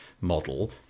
model